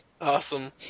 Awesome